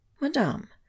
Madame